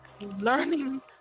learning